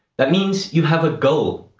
that means you have a goal,